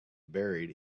buried